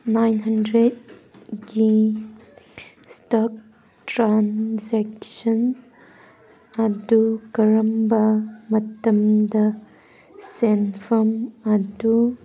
nine ꯍꯟꯗ꯭ꯔꯦꯠꯀꯤ ꯏꯁꯇꯛ transaction ꯑꯗꯨ ꯀꯔꯝꯕ ꯃꯇꯝꯗ ꯁꯦꯟꯐꯝ ꯑꯗꯨ